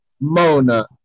Mona